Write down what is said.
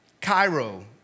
Cairo